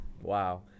Wow